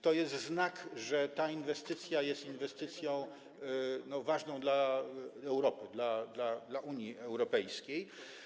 To jest znak, że ta inwestycja jest inwestycją ważną dla Europy, dla Unii Europejskiej.